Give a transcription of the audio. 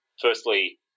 Firstly